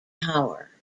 power